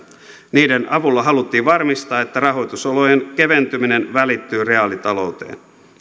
niiden avulla haluttiin varmistaa että rahoitusolojen keventyminen välittyy reaalitalouteen